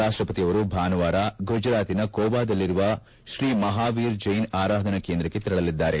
ರಾಷ್ಟಪತಿ ಅವರು ಭಾನುವಾರ ಗುಜರಾತಿನ ಕೋಬಾದಲ್ಲಿರುವ ಶ್ರೀ ಮಹಾವೀರ ಜೈನ್ ಆರಾಧನಾ ಕೇಂದ್ರಕ್ಕೆ ತೆರಳಲಿದ್ದಾರೆ